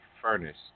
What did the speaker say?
furnace